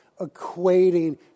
equating